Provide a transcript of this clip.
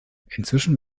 inzwischen